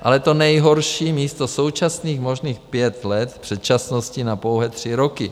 Ale to nejhorší místo současných možných pěti let předčasnosti na pouhé tři roky.